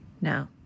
now